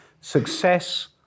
Success